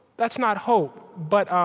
that's not hope, but um